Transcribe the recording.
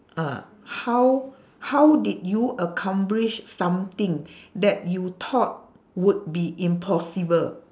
uh how how did you accomplish something that you thought would be impossible